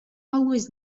always